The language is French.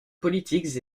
politiques